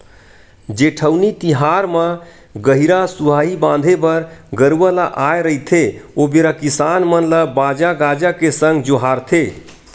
जेठउनी तिहार म गहिरा सुहाई बांधे बर गरूवा ल आय रहिथे ओ बेरा किसान मन ल बाजा गाजा के संग जोहारथे